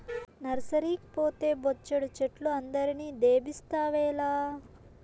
నర్సరీకి పోతే బొచ్చెడు చెట్లు అందరిని దేబిస్తావేల